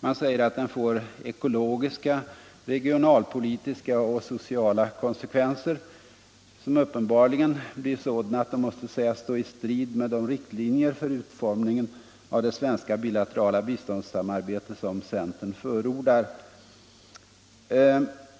Man säger att den får ”ekologiska, regionalpolitiska och sociala konsekvenser”, som ”uppenbarligen blir sådana att de måste sägas stå i strid med de riktlinjer för utformningen av det svenska bilaterala biståndssamarbete” som centern förordar.